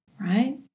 right